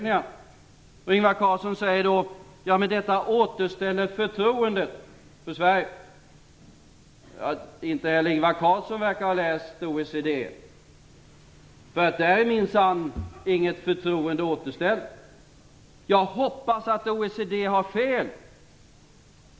Ingvar Carlsson säger att de återställer förtroendet för Sverige. Inte heller Ingvar Carlsson verkar ha läst OECD:s rapport. Där är minsann inget förtroende återställt. Jag hoppas att OECD har fel.